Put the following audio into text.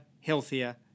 healthier